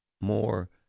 more